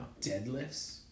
deadlifts